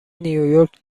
نیویورک